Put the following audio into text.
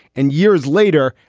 and years later,